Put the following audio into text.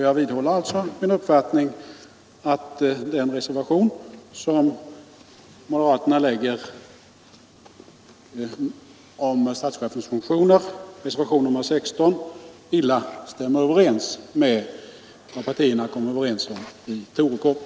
Jag vidhåller alltså min uppfattning att moderaternas reservation nr 16 om statschefens funktioner stämmer illa med vad partierna kom överens om i Torekov.